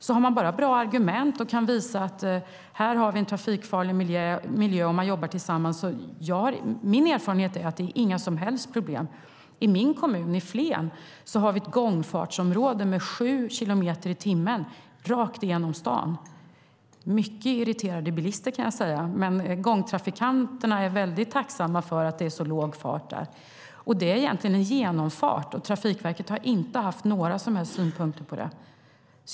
Om man bara har bra argument och kan visa att man har en trafikfarlig miljö är min erfarenhet att det inte är några som helst problem om man jobbar tillsammans. I min kommun, Flen, har vi ett gångfartsområde med 7 kilometer i timmen rakt igenom staden. Det är mycket irriterade bilister, kan jag säga, men gångtrafikanterna är tacksamma för att det är så låg fart. Detta är egentligen en genomfart, och Trafikverket har inte haft några som helst synpunkter på det.